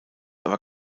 aber